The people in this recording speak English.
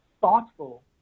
thoughtful